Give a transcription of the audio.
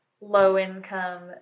low-income